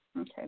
Okay